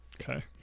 okay